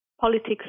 politics